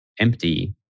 empty